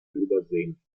übersehen